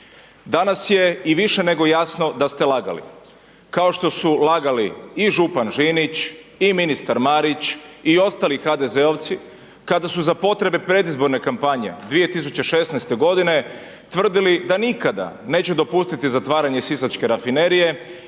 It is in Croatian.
Danas je i više nego jasno da ste lagali, kao što su lagali i župan Žinić i ministar Marić i ostali HDZ-ovci kada su za potrebe predizborne kampanje 2016. g. tvrdili da nikada neće dopustiti zatvaranje sisačke rafinerije